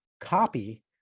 copy